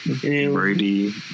Brady